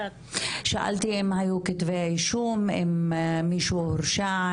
שאלתי אם היו כתבי אישום, אם מישהו הורשע?